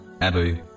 Abu